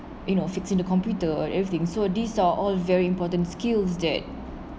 you know fixing the computer everything so these are all very important skills that